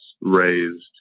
raised